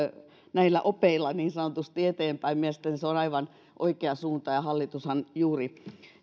näillä opeilla niin sanotusti eteenpäin mielestäni se on aivan oikea suunta ja hallitushan juuri